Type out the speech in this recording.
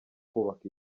kubaka